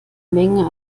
menge